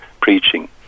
preaching